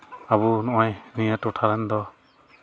ᱟᱵᱚ ᱱᱚᱜᱼᱚᱭ ᱱᱤᱭᱟᱹ ᱴᱷᱚᱴᱷᱟ ᱨᱮᱱ ᱫᱚ